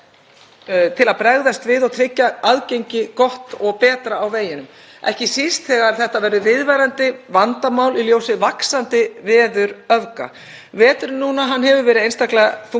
Veturinn núna hefur verið einstaklega þungur en veðurfræðingar spá jafnvel enn meiri snjóavetrum en verkferlunum sjálfum er samt ekki breytt. Það er ekki meiri þjónusta í boði, bara lengri lokanir.